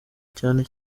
cyane